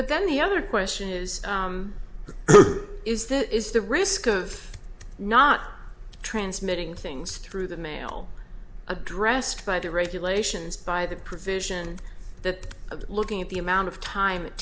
but then the other question is is that is the risk of not transmitting things through the mail addressed by the regulations by the provision that of looking at the amount of time it